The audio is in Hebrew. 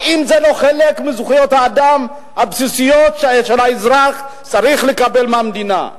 האם זה לא חלק מזכויות האדם הבסיסיות שהאזרח צריך לקבל מהמדינה?